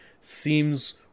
seems